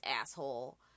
asshole